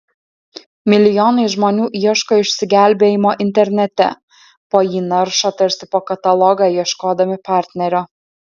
milijonai žmonių ieško išsigelbėjimo internete po jį naršo tarsi po katalogą ieškodami partnerio